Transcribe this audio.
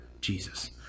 Jesus